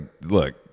look